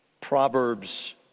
Proverbs